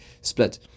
split